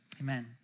Amen